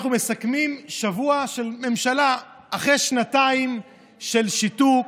אנחנו מסכמים שבוע של ממשלה אחרי שנתיים של שיתוק,